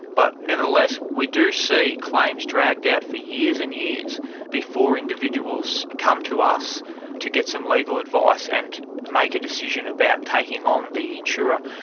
but nevertheless we do see claims dragged out for years and years before individuals come to us to get some legal advice and make a decision about taking on the insurer.